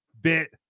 bit